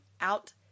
out